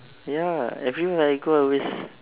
ya everywhere I go I always